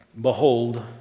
Behold